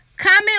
Comment